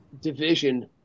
division